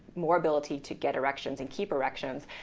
more ability to get erections and keep erections.